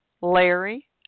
Larry